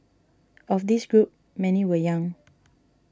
of this group many were young